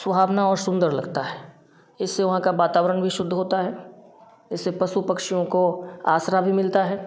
सुहावना और सुंदर लगता है इससे वहाँ का वातावरण भी शुद्ध होता है इससे पशु पक्षियों को आश्रय भी मिलता है